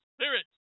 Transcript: Spirit